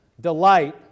delight